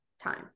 time